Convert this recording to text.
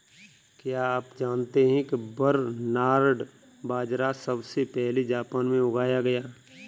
क्या आप जानते है बरनार्ड बाजरा सबसे पहले जापान में उगाया गया